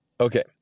okay